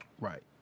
right